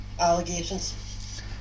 allegations